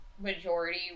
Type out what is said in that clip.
majority